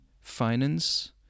finance